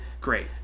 great